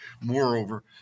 moreover